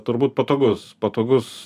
turbūt patogus patogus